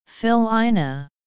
Philina